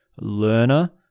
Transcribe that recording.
learner